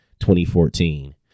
2014